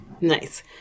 Nice